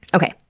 okay,